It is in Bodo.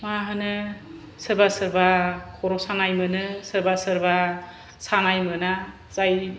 मा होनो सोरबा सोरबा खर' सानाय मोनो सोरबा सोरबा सानाय मोना जाय